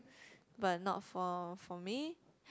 but not for for me